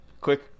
quick